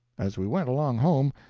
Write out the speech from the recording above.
as we went along home,